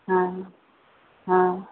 हँ हँ